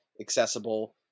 accessible